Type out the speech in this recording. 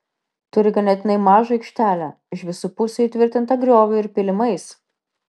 turi ganėtinai mažą aikštelę iš visų pusių įtvirtintą grioviu ir pylimais